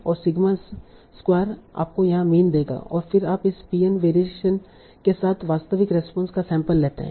और sigma square आपको यहाँ मीन देगा और फिर आप इस p n वेरिएशन के साथ वास्तविक रेस्पोंस का सैंपल लेते है